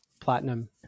platinum